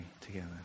together